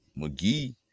McGee